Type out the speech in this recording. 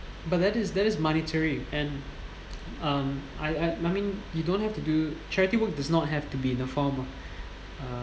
but that is that is monetary and um I I I mean you don't have to do charity work does not have to be in the form of